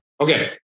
Okay